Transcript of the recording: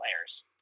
players